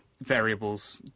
variables